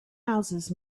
houses